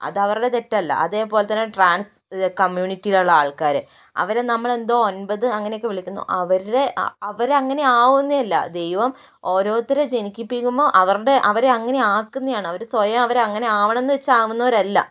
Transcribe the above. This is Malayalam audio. അതവരുടെ തെറ്റല്ല അതേപോലെത്തന്നെ ട്രാൻസ് കമ്മ്യൂണിറ്റിയിലുള്ള ആൾക്കാര് അവരെ നമ്മള് എന്തോ ഒൻപത് അങ്ങനെയൊക്കെ വിളിക്കുന്നു അവരുടെ അവരങ്ങനെ ആവുന്നില്ല ദൈവം ഓരോരുത്തരെ ജനിപ്പിക്കുമ്പോൾ അവരുടെ അവരെ അങ്ങനെ ആക്കുന്നതാണ് അവര് സ്വയം അവര് അങ്ങനെ ആവണം എന്ന് വെച്ച് ആവുന്നവരല്ല